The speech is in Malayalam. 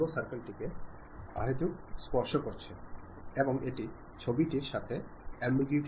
രേഖാമൂലമോ വാമൊഴിയായോ നിങ്ങൾ കൈമാറുന്ന സന്ദേശം പൂർണ്ണമായിരിക്കണമെന്നും അറിഞ്ഞിരിക്കുക